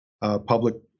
public